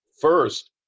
First